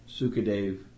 Sukadev